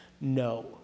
No